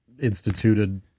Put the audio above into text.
instituted